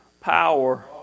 power